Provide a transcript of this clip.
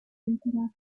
temporada